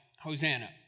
Hosanna